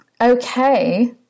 okay